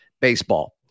Baseball